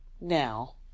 now